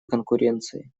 конкуренции